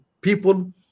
people